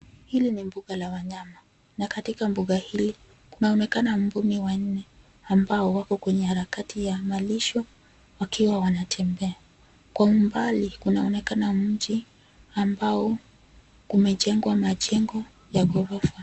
Hili ni mbuga la wanyama na katika mbuga hili kunaonekana mbuni wanne, ambao wako kwenye harakati ya malisho wakiwa wanatembea. Kwa umbali kunaonekana mji ambao kumejengwa majengo ya ghorofa.